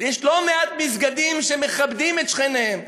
יש לא מעט מסגדים שמכבדים את שכניהם.